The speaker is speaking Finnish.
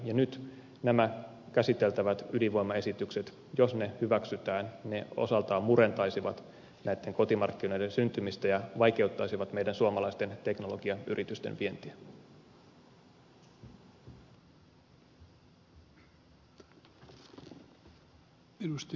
ja jos nämä käsiteltävät ydinvoimaesitykset nyt hyväksytään ne osaltaan murentaisivat näitten kotimarkkinoiden syntymistä ja vaikeuttaisivat meidän suomalaisten teknologiayritystemme vientiä